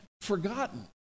forgotten